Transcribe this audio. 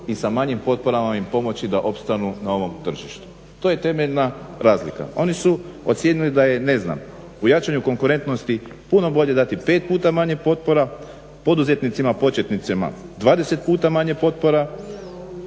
i sa manjim potporama im pomoći da opstanu na ovom tržištu. To je temeljna razlika. Oni su ocijenili da je u jačanju konkurentnosti puno bolje dati 5 puta manje potpora, poduzetnicima početnicima 20 puta manje potpora,